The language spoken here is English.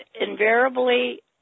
invariably